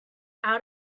out